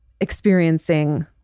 experiencing